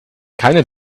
keine